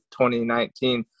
2019